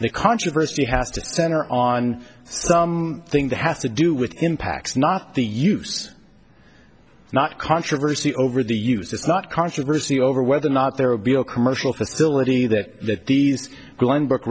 the controversy has to center on some thing that has to do with impacts not the use not controversy over the use does not controversy over whether or not there will be a commercial facility that these glenbrook